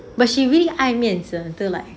but she really 爱面子对了